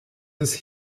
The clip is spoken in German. des